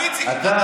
אבל איציק,